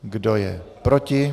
Kdo je proti?